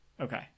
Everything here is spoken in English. Okay